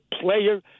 player